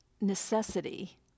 necessity